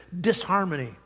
disharmony